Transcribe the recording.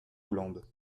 hollande